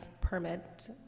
permit